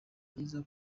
byiza